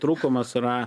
trūkumas yra